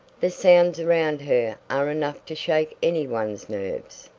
the sounds around here are enough to shake any one's nerves.